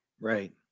Right